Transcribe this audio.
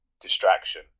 distraction